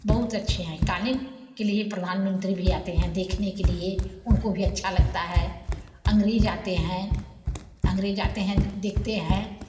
बहुत अच्छे हैं क़ालीन के लिए प्रधान मंत्री भी आते हैं देखने के लिए उनको भी अच्छा लगता है अंग्रेज़ आते हैं अंग्रेज़ आते हैं देखते हैं